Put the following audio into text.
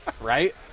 Right